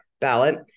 ballot